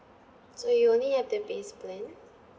so you only have the base plan